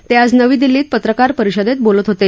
ते आज नवी दिल्लीत पत्रकार परिषदेत बोलत होते